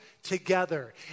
Together